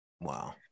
Wow